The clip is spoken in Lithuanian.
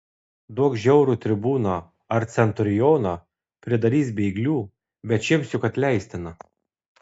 duok žiaurų tribūną ar centurioną pridarys bėglių bet šiems juk atleistina